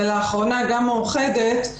ולאחרונה גם מאוחדת,